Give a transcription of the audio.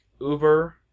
Uber